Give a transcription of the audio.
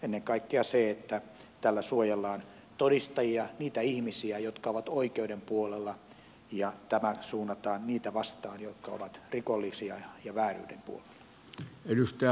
ennen kaikkea tällä suojellaan todistajia niitä ihmisiä jotka ovat oikeuden puolella ja tämä suunnataan niitä vastaan jotka ovat rikollisia ja vääryyden puolella